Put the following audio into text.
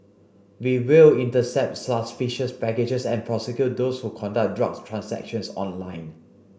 we will intercept suspicious packages and prosecute those who conduct drugs transactions online